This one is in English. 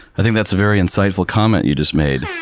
i think that's a very insightful comment you just made.